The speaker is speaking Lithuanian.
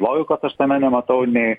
logikos aš tame nematau nei